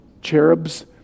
cherubs